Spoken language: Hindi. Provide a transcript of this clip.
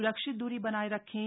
सुरक्षित दूरी बनाए रखें